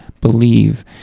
Believe